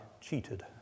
cheated